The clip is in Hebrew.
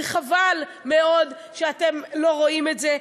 וחבל מאוד שאתם לא רואים את זה.